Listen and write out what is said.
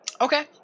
Okay